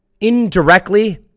indirectly